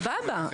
סבבה,